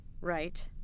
right